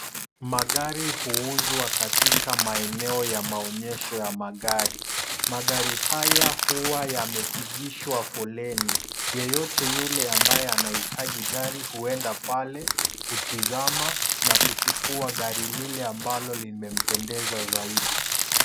Magari huuzwa katika maeneo ya maonyesho ya magari. Magari haya huwa yamepigishwa foleni. Yeyote yule ambaye anahitaji gari huenda pale, hutazama na kuchukua gari lile ambalo limempendeza zaidi.